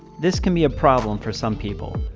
this can be a problem for some people,